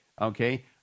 okay